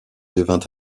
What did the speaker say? devint